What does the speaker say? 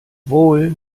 wohl